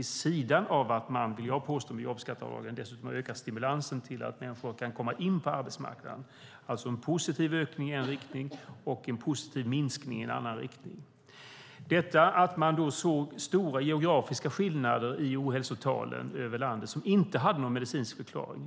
Detta har skett vid sidan av att vi dessutom via jobbskatteavdragen har ökat stimulansen till människor att komma in på arbetsmarknaden. Det är en positiv ökning i en riktning och en positiv minskning i en annan riktning. Man såg stora geografiska skillnader i ohälsotalen över landet som inte hade någon medicinsk förklaring.